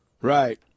Right